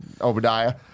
Obadiah